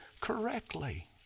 correctly